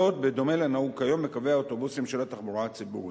זאת בדומה לנהוג כיום בקווי האוטובוסים של התחבורה הציבורית.